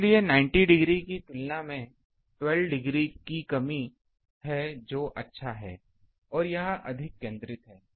इसलिए 90 डिग्री की तुलना में हमें 12 डिग्री की कमी है जो अच्छा है कि यह अधिक केंद्रित है